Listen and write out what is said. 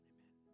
Amen